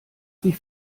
sie